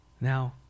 now